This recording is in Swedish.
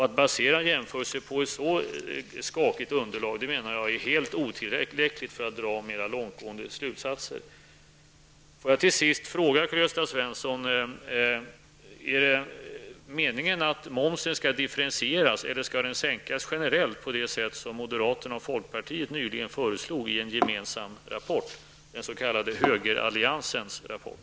Att basera jämförelsen på så skakigt underlag är enligt min mening helt otillräckligt för att dra mera långtgående slutsatser. Låt mig till sist fråga Karl-Gösta Svenson: Är det meningen att momsen skall differentieras, eller skall den sänkas generellt på det sätt som moderaterna och folkpartiet nyligen föreslog i en gemensam rapport, den s.k. högeralliansens rapport?